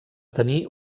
tenir